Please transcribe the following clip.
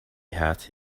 hat